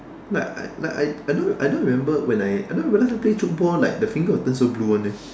but I but I I don't I don't remember when I don't remember when I play football like the finger will turn so blue [one] eh